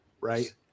right